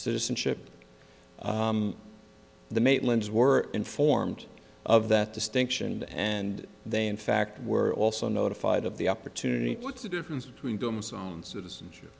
citizenship the maitland's were informed of that distinction and they in fact were also notified of the opportunity what's the difference between citizenship